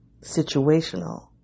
Situational